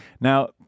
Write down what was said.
Now